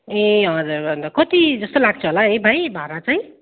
ए हजुर कति जस्तो लाग्छ होला है भाइ भाडा चाहिँ